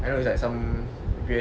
I don't know it's like some weird